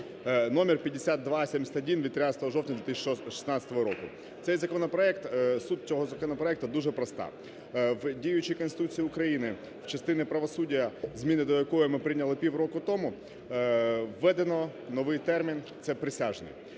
(№ 5271 від 13 жовтня 2016 року). Цей законопроект… суть цього законопроекту дуже проста. В діючій Конституції України в частині "Правосуддя", зміни до якої ми прийняли півроку тому, введено новий термін – це "присяжні".